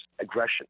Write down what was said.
aggression